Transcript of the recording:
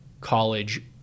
college